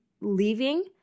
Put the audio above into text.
leaving